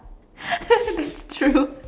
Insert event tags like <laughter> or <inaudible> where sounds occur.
<laughs> that's true